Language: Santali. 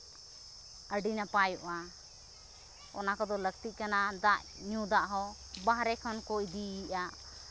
ᱟᱹᱰᱤ ᱱᱟᱯᱟᱭᱚᱜᱼᱟ ᱚᱱᱟ ᱠᱚᱫᱚ ᱞᱟᱹᱠᱛᱤ ᱠᱟᱱᱟ ᱫᱟᱜ ᱧᱩ ᱫᱟᱜ ᱦᱚᱸ ᱵᱟᱦᱨᱮ ᱠᱷᱚᱱ ᱠᱚ ᱤᱫᱤᱭᱮᱜᱼᱟ